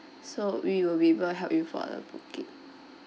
so we will be able help you for the booking